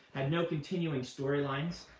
had no continuing storylines,